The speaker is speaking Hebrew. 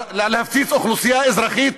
להפציץ אוכלוסייה אזרחית